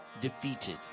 defeated